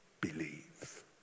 believe